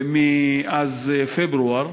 מאז פברואר,